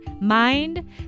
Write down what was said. mind